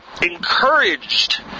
encouraged